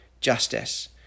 justice